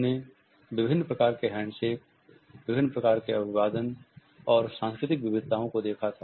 हमने विभिन्न प्रकार के हैंडशेक विभिन्न प्रकार के अभिवादन और सांस्कृतिक विविधताओं को देखा था